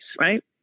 right